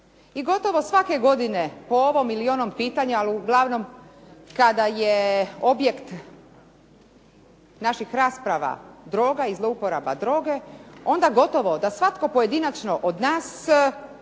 I gotovo svake godine po ovom ili onom pitanju ali uglavnom kada je objekt naših rasprava droga i zlouporaba droge onda gotovo da svatko pojedinačno od nas